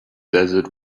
desert